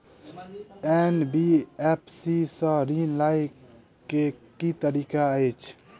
NBFC सँ ऋण लय केँ की तरीका अछि?